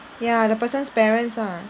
ya the person's parents ah